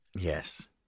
Yes